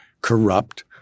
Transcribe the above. corrupt